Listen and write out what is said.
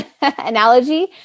analogy